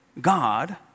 God